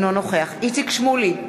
אינו נוכח איציק שמולי,